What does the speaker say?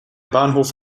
bahnhof